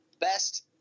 best